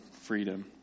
freedom